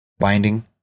binding